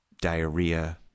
diarrhea